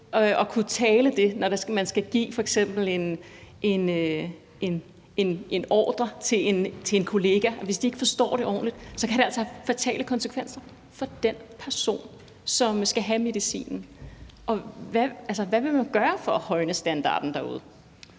og kan tale om det, når man f.eks. skal give en ordre til en kollega – og hvis de så ikke forstår det ordentligt – kan det altså have fatale konsekvenser for den person, som skal have medicinen. Hvad vil man gøre for at højne standarden derude?